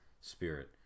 spirit